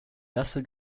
nasse